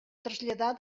traslladar